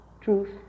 truth